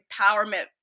empowerment